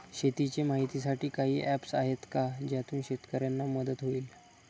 शेतीचे माहितीसाठी काही ऍप्स आहेत का ज्यातून शेतकऱ्यांना मदत होईल?